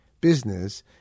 business